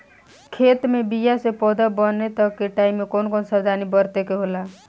खेत मे बीया से पौधा बने तक के टाइम मे कौन कौन सावधानी बरते के होला?